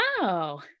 Wow